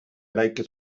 eraiki